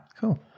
cool